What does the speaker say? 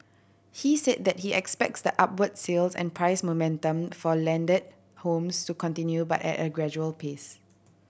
he said that he expects the upward sales and price momentum for landed homes to continue but at a gradual pace